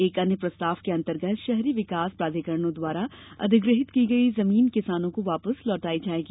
एक अन्य प्रस्ताव के अंतर्गत शहरी विकास प्राधिकरणों द्वारा अधिगृहीत की गई जमीन किसानों को वापस लौटाई जायेगी